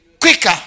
quicker